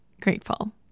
grateful